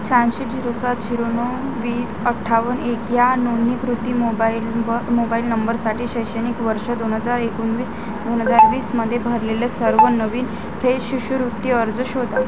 शहाऐंशी झिरो सात झिरो नऊ वीस अठ्ठावन एक या नोंदणीकृत मोबाईल ब मोबाईल नंबरसाठी शैक्षणिक वर्ष दोन हजार एकोणवीस दोन हजार वीसमध्ये भरलेले सर्व नवीन फ्रेश शिष्यवृत्ती अर्ज शोधा